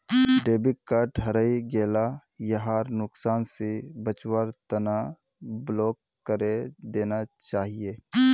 debit card हरई गेला यहार नुकसान स बचवार तना ब्लॉक करे देना चाहिए